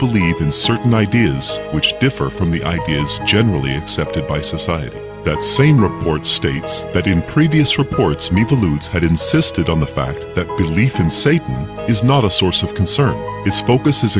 believe in certain ideas which differ from the idea is generally accepted by society that same report states that in previous reports me pollutes had insisted on the fact that belief in satan is not a source of concern is focuses